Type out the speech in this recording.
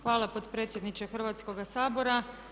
Hvala potpredsjedniče Hrvatskoga sabora.